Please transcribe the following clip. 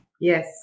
Yes